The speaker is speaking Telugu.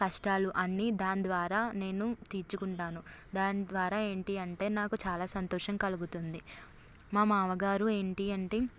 కష్టాలు అన్ని దాని ద్వారా నేను తీర్చుకుంటాను దాని ద్వారా ఏంటి అంటే నాకు చాలా సంతోషం కలుగుతుంది మా మామగారు ఏంటి అంటే